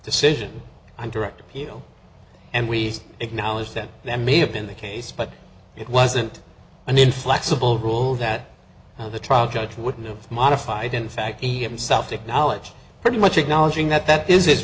decision i'm direct appeal and we acknowledge that there may have been the case but it wasn't an inflexible rule that the trial judge would no modified in fact he himself acknowledge pretty much acknowledging that that is his